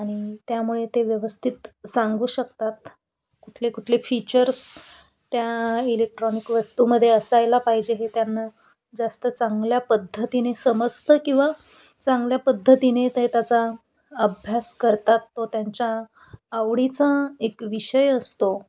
आणि त्यामुळे ते व्यवस्थित सांगू शकतात कुठले कुठले फीचर्स त्या इलेक्ट्रॉनिक वस्तूमध्ये असायला पाहिजे हे त्यांना जास्त चांगल्या पद्धतीने समजतं किंवा चांगल्या पद्धतीने ते त्याचा अभ्यास करतात तो त्यांच्या आवडीचा एक विषय असतो